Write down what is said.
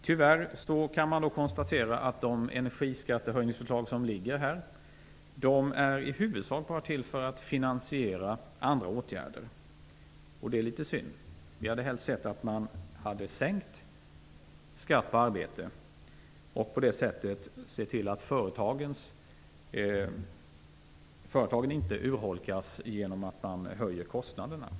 Tyvärr kan man konstatera att de förslag om energiskattehöjningar som nu har lagts fram i huvudsak bara är till för att finansiera andra åtgärder. Det är litet synd. Vi hade helst sett att man hade sänkt skatten på arbete. På det sättet kunde man se till att företagen inte urholkas genom att kostnaderna höjs.